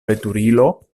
veturilo